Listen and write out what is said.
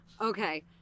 okay